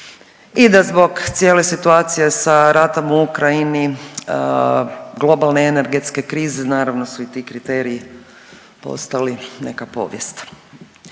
i da zbog cijele situacije sa ratom u Ukrajini i globalne energetske krize, naravno su i ti kriteriji postali neka povijest.